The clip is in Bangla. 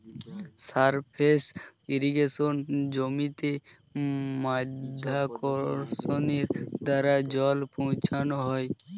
সারফেস ইর্রিগেশনে জমিতে মাধ্যাকর্ষণের দ্বারা জল পৌঁছানো হয়